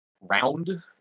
round